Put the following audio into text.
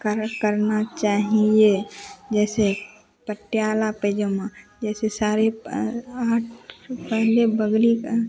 कर करना चाहिए जैसे पटियाला पैजामा जैसे साढ़े आठ पहले बगली का